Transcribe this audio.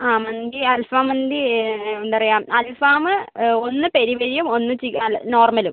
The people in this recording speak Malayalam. ആ മന്തി അൽഫാം മന്തി എന്താ പറയുക അൽഫാമ് ഒന്ന് പെരി പെരിയും ഒന്ന് ചി അല്ല നോർമലും